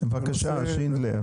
בבקשה שינדלר.